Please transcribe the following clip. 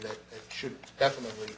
that should definitely